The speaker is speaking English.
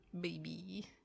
baby